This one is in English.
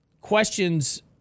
Questions